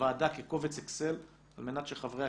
לוועדה כקובץ אקסל על מנת שחברי